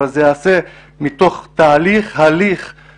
אבל זה יעשה רק מתוך תהליך מינהלי